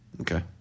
Okay